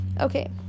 Okay